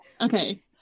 Okay